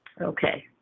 Okay